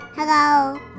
Hello